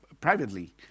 privately